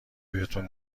بهتون